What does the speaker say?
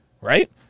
right